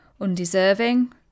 Undeserving